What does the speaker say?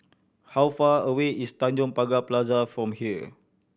how far away is Tanjong Pagar Plaza from here